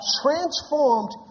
transformed